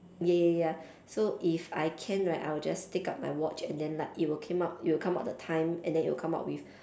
ya ya ya so if I can right I will just take out my watch and then like it will came out it will come out the time and then it will come out with